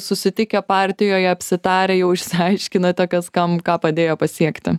susitikę partijoje apsitarę jau išsiaiškinote kas kam ką padėjo pasiekti